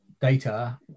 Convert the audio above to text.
data